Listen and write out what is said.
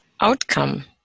outcome